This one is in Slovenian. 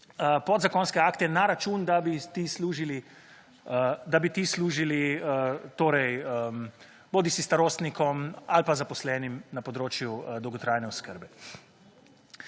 podzakonske akte na račun, da bi ti služili torej bodisi starostnikom ali pa zaposlenim na področju dolgotrajne oskrbe.